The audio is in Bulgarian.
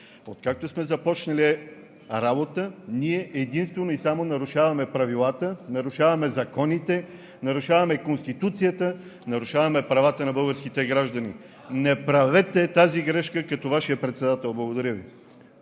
откакто сме започнали работа, ние единствено и само нарушаваме правилата, нарушаваме законите, нарушаваме Конституцията, нарушаваме правата на българските граждани. Не правете тази грешка като Вашия председател. Благодаря Ви.